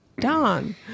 done